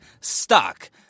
stuck